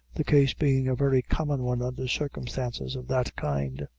the case being a very common one under circumstances of that kind.